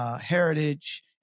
heritage